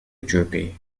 droopy